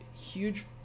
huge